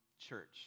church